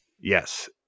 Yes